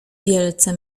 wielce